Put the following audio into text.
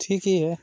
ठीक ही है